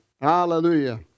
Hallelujah